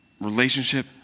relationship